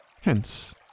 Hence